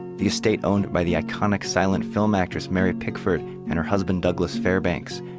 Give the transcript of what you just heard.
the estate owned by the iconic silent film actress mary pickford and her husband douglas fairbanks.